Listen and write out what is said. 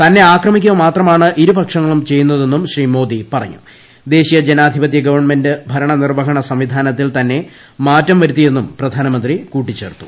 തന്നെ ആക്രമിക്കുക മാത്രമാണ് ഇരു പക്ഷങ്ങളും ചെയ്യുന്നതെന്നും ഗവൺമെന്റ് ഭരണനിർവ്വഹണ സംവിധാനത്തിൽ തന്നെ തന്നെ മാറ്റം വരുത്തിയെന്നും പ്രധാനമന്ത്രി കൂട്ടിച്ചേർത്തു